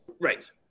Right